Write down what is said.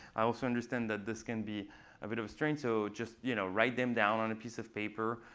i also understand that this can be a bit of a strain, so just you know write them down on a piece of paper,